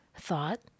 thought